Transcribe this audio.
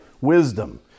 Wisdom